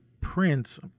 prints